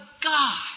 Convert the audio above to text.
God